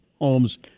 homes